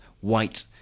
white